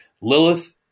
Lilith